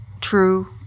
true